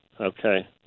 Okay